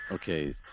Okay